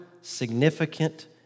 significant